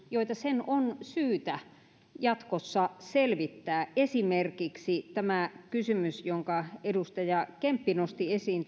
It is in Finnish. joita arviointikeskuksen on syytä jatkossa selvittää esimerkiksi tämä kysymys jonka edustaja kemppi nosti esiin